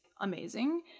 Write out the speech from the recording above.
amazing